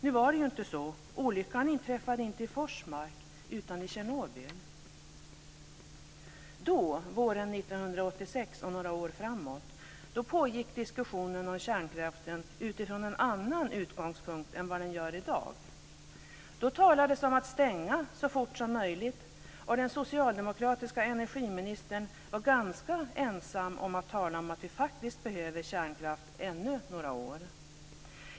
Nu var det ju inte så - olyckan inträffade inte i Då, våren 1986 och några år framåt, pågick diskussionen om kärnkraften från en annan utgångspunkt än i dag. Då talades det om att stänga så fort som möjligt, och den socialdemokratiska energiministern var ganska ensam om att tala om att vi faktiskt behöver kärnkraft ännu några år.